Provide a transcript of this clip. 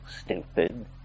stupid